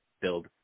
build